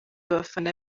abafana